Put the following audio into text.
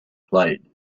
played